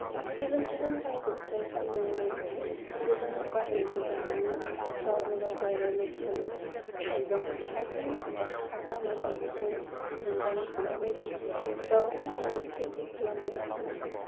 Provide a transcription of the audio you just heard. जाहाथे जों गुबुन बायजोनिफ्राय फैनाय मैगं थाइगंफोरखौ जों बायनानै जानाङा गावनो गाव गायनाय लखेल एखदम थाजिम एबा थाजा मैगंखौ जों मोनजानो हानाय बायदि गावनो गाव खेथि खालामनाया मोजां